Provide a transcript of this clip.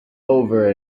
over